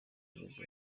kugeza